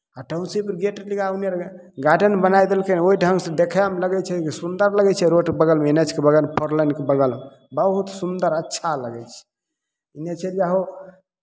आ township gate लगा ओन्नऽ गार्डन बनाय देलकै हइ ओहि ढङ्गसँ देखैमे लगै छै सुन्दर लगै छै रोडके बगलमे एन एच के बगल फोर लेनके बगलमे बहुत सुन्दर अच्छा लगै छै एन्नऽ चलि जाहौ